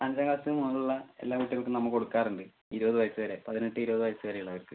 അഞ്ചാം ക്ളാസ്സിന് മുകളിലുള്ള എല്ലാ കുട്ടികൾക്കും നമ്മൾ കൊടുക്കാറുണ്ട് ഇരുപത് വയസ്സ് വരെ പതിനെട്ട് ഇരുപത് വയസ്സ് വെരെ ഉള്ളവർക്ക്